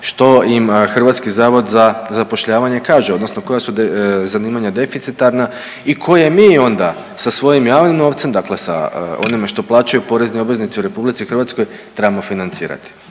što im HZZ kaže, odnosno koja su zanimanja deficitarna i koje mi onda sa svojim javnim novcem, dakle sa onime što plaćaju porezni obveznici u RH trebamo financirati.